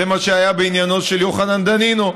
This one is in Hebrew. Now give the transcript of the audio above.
זה מה שהיה בעניינו של יוחנן דנינו.